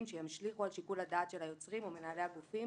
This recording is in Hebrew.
שישליכו על שיקול הדעת של היוצרים ומנהלי הגופים